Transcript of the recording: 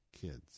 Kids